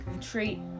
treat